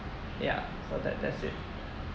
ya so that that's it